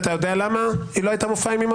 זה לא היה מופע אימים,